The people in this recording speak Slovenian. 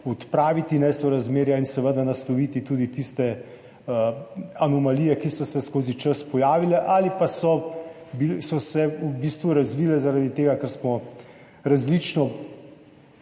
odpraviti nesorazmerja in seveda nasloviti tudi tiste anomalije, ki so se skozi čas pojavile ali pa so se v bistvu razvile zaradi tega, ker smo različno